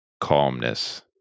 calmness